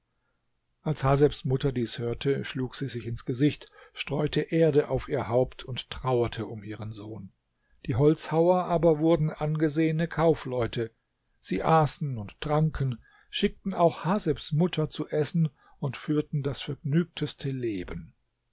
als hasebs mutter dies hörte schlug sie sich ins gesicht streute erde auf ihr haupt und trauerte um ihren sohn die holzhauer aber wurden angesehene kaufleute sie aßen und tranken schickten auch hasebs mutter zu essen und führten das vergnügteste leben